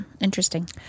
interesting